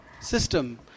system